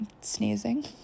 sneezing